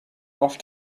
off